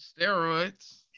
steroids